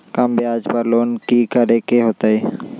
कम ब्याज पर लोन की करे के होतई?